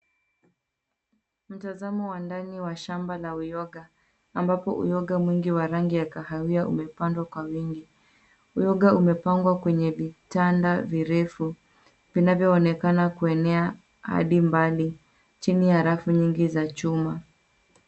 Mtazamo wa ndani wa shamba la uyoga, ambapo uyoga mwingi wa rangi ya kahawia umepandwa kwa wingi. Uyoga umepangwa kwenye vitanda virefu vinavyoonekana kuenea hadi mbali, chini ya rafu nyingi za chuma.